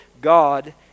God